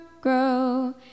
Grow